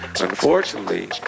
Unfortunately